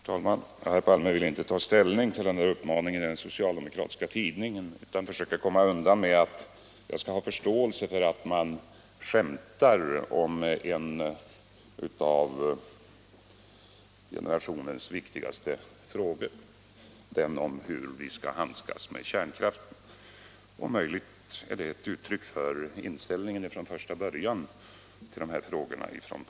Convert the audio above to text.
Herr talman! Herr Palme vill inte ta ställning till uppmaningen i den socialdemokratiska tidningen utan försöker komma undan med att man skall ha förståelse för att det skämtas om en av vår tids viktigaste frågor, nämligen hur vi skall handskas med kärnkraften. Det är kanske ett uttryck för den inställning som herr Palme haft till dessa frågor från första början.